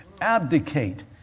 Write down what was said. abdicate